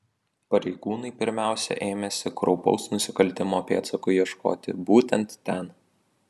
pareigūnai pirmiausia ėmėsi kraupaus nusikaltimo pėdsakų ieškoti būtent ten